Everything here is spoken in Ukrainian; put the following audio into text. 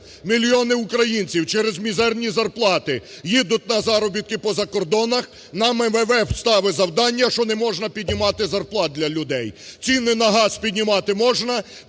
Мільйони українців через мізерні зарплати їдуть на заробітки по закордонах, нам МВФ ставить завдання, що неможна піднімати зарплат для людей. Ціни на газ піднімати можна,